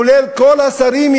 כולל כל השרים,